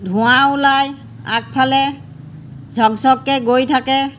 ধোঁৱা ওলাই আগফালে ঝক ঝককৈ গৈ থাকে